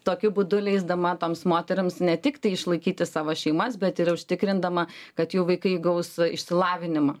tokiu būdu leisdama toms moterims ne tik išlaikyti savo šeimas bet ir užtikrindama kad jų vaikai gaus išsilavinimą